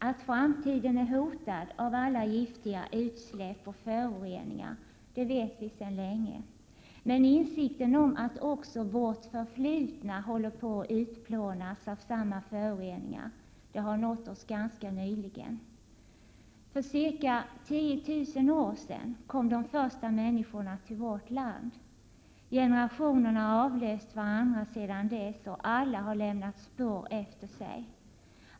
Att framtiden är hotad av alla giftiga utsläpp och föroreningar vet vi sedan länge. Men insikten om att också vårt förflutna håller på att utplånas av samma föroreningar har nått oss ganska nyligen. För ca 10 000 år sedan kom de första människorna till vårt land. Generationerna har avlöst varandra sedan dess, och alla har lämnat spår efter sig.